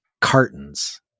cartons